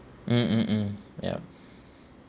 mm mm mm ya